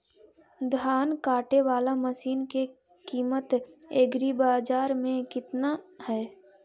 धान काटे बाला मशिन के किमत एग्रीबाजार मे कितना है?